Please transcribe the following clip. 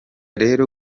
rero